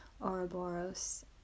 Ouroboros